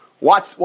watch